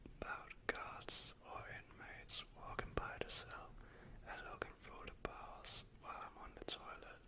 about guards or inmates walking by the cell and looking through the bars while i'm on the toilet.